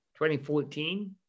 2014